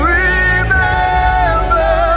remember